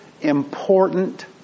important